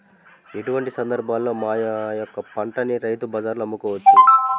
ఎటువంటి సందర్బాలలో మా యొక్క పంటని రైతు బజార్లలో అమ్మవచ్చు?